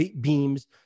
beams